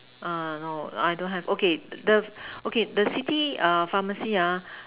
ah no I don't have okay the okay the city err pharmacy ah